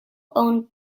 owned